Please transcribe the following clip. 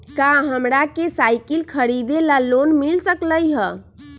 का हमरा के साईकिल खरीदे ला लोन मिल सकलई ह?